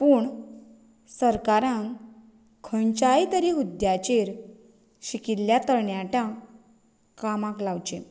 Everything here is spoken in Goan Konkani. पूण सरकारान खंयच्याय तरी हुद्याचेर शिकिल्ल्या तरणाट्यांक कामाक लावचें